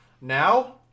Now